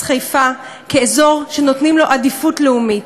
חיפה כאזור שנותנים לו עדיפות לאומית.